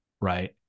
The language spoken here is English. Right